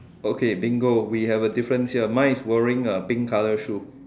okay bingo we have a difference here mine is wearing a pink colour shoe